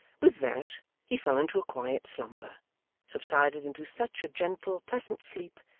with that he fell into a quiet slumber subsided into such a gentle, pleasant sleep,